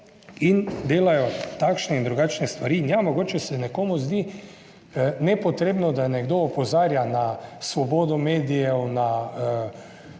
in delajo takšne in drugačne stvari. In ja, mogoče se nekomu zdi nepotrebno, da nekdo opozarja na svobodo medijev, na